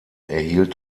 erhielt